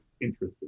interested